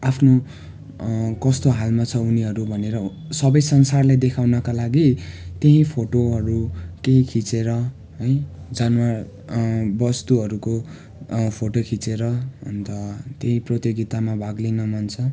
आफ्नो कस्तो हालमा छ भनेर उनीहरू भनेर सबै संसारलाई देखाउनका लागि त्यही फोटोहरू केही खिचेर है जनावर वस्तुहरूको फोटो खिचेर अन्त त्यही प्रतियोगितामा भाग लिन मन छ